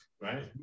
right